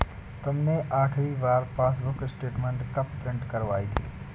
तुमने आखिरी बार पासबुक स्टेटमेंट कब प्रिन्ट करवाई थी?